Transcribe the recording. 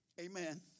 Amen